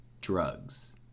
drugs